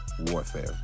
warfare